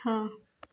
छः